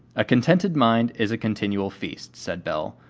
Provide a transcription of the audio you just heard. a contented mind is a continual feast, said belle,